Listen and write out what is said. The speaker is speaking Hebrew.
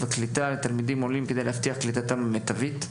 הקליטה לתלמידים עולים כדי להבטיח את קליטתם המיטבית.